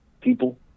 people